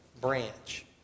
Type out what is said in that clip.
branch